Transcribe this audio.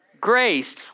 Grace